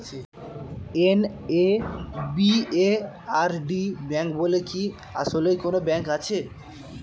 NABARD bank বলে কি আসলেই কোনো ব্যাংক আছে?